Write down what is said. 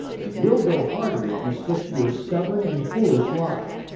it will go harder if you stick to your stubborn and foolish lie.